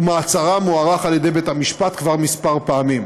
ומעצרם הוארך על ידי בית-המשפט כבר כמה פעמים.